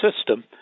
system